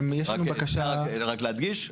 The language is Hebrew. רק להדגיש.